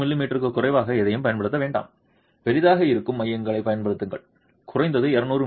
me க்கும் குறைவான எதையும் பயன்படுத்த வேண்டாம் பெரியதாக இருக்கும் மையங்களைப் பயன்படுத்துங்கள் குறைந்தது 200 மி